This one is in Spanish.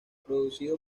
producido